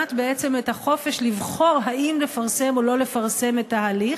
המשמעת בעצם את החופש לבחור אם לפרסם או לא לפרסם את ההליך,